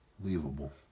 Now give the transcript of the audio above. unbelievable